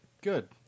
Good